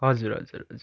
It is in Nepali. हजुर हजुर हजुर